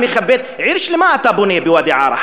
עיר שלמה אתה בונה בוואדי-עארה.